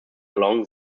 along